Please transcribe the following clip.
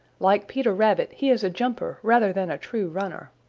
like peter rabbit he is a jumper rather than a true runner,